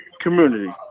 community